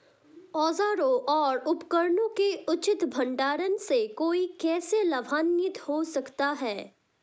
औजारों और उपकरणों के उचित भंडारण से कोई कैसे लाभान्वित हो सकता है?